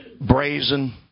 brazen